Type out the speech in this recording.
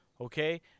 Okay